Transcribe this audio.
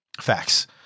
Facts